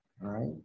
right